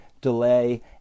delay